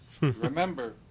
Remember